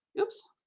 Oops